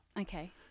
Okay